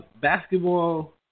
Basketball